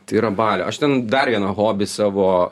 tai yra balio aš ten dar vieną hobį savo